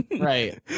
Right